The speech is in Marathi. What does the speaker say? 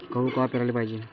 गहू कवा पेराले पायजे?